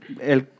el